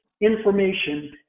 information